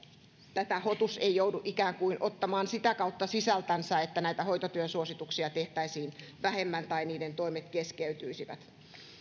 tätä hotus ei joudu ikään kuin ottamaan sitä kautta sisältänsä että näitä hoitotyön suosituksia tehtäisiin vähemmän tai niiden toimet keskeytyisivät